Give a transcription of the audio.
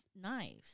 knives